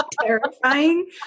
terrifying